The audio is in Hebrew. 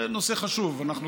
זה נושא חשוב, אנחנו